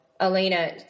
Elena